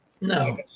no